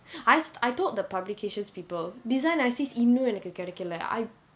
I s~ I told the publication's people design I_Cs இன்னும் எனக்கு கிடைக்கிலே:innum enakku kidaikkillae I